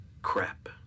Crap